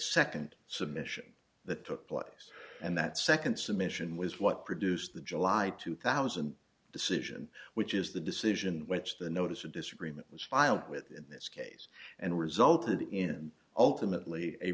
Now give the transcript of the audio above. second submission that took place and that second submission was what produced the july two thousand decision which is the decision which the notice of disagreement was filed with this case and resulted in ultimately a